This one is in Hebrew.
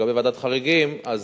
לגבי ועדת חריגים אז